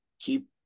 keep